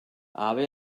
aber